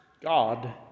God